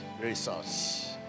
resource